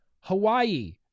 Hawaii